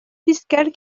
fiscal